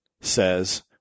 says